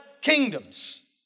kingdoms